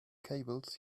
cables